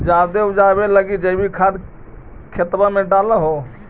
जायदे उपजाबे लगी जैवीक खाद खेतबा मे डाल हो?